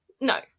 No